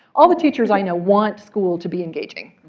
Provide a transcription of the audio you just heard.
all the teachers i know want school to be engaging.